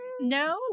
No